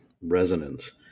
resonance